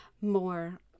more